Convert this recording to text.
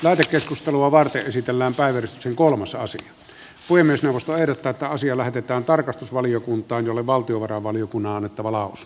lähetekeskustelua varten esitellään päivät kolmas saisi ui myös puhemiesneuvosto ehdottaa että asia lähetetään tarkastusvaliokuntaan jolle valtiovarainvaliokunnan on annettava lausunto